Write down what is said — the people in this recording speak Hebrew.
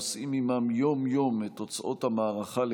נושאים עימם יום-יום את תוצאות המערכה על